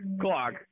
clock